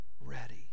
ready